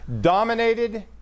dominated